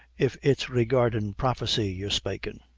if it's regardin' prophecy you're spakin'.